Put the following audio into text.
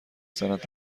صنعت